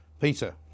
Peter